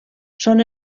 són